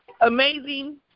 Amazing